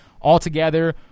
altogether